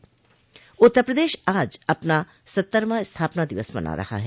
उत्तर प्रदेश आज अपना सत्तरवां स्थापना दिवस मना रहा है